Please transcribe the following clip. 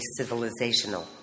civilizational